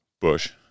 Bush